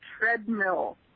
treadmill